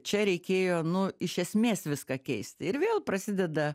čia reikėjo nu iš esmės viską keisti ir vėl prasideda